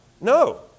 No